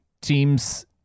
teams